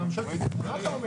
רגע,